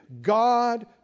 God